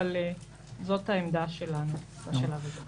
אבל זאת העמדה שלנו בשלב הזה.